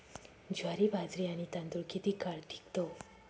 ज्वारी, बाजरी आणि तांदूळ किती काळ टिकतो?